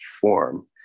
form